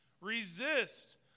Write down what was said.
Resist